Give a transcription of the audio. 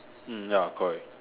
hmm ya correct